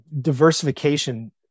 diversification